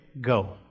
go